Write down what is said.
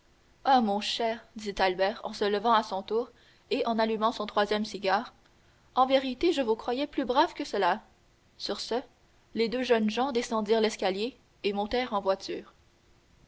ah mon cher dit albert en se levant à son tour et en allumant son troisième cigare en vérité je vous croyais plus brave que cela sur ce les deux jeunes gens descendirent l'escalier et montèrent en voiture